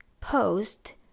post